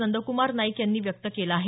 नंद्क्मार नाईक यांनी व्यक्त केलं आहे